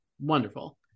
Wonderful